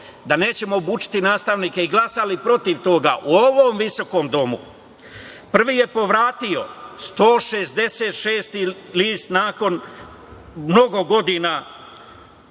da nećemo obučiti nastavnike i glasali protiv toga. U ovom visokom domu prvi je povratio 166. list nakon mnogo godina